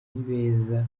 nibeza